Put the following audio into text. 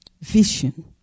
Vision